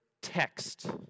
text